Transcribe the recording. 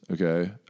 Okay